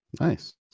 nice